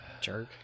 Jerk